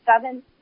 seven